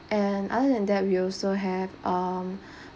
and other than that we also have um